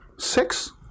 Six